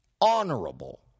honorable